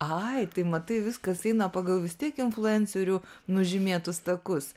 ai tai matai viskas eina pagal vis tiek influencerių nužymėtus takus